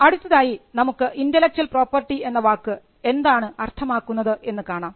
അടുത്തതായി നമുക്ക് intellectual property എന്ന വാക്ക് എന്താണ് അർത്ഥമാക്കുന്നത് എന്ന് കാണാം